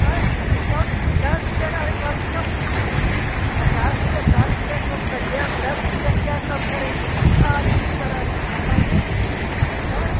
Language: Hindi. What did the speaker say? अरे कम दस रुपये अरे कम से कम पचास रुपये साठ रुपये कम करिए अब दस रुपये क्या कम करेंगी आलू की तरह बताइए ऐं